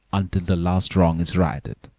until the last wrong is righted,